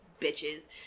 bitches